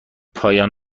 پایان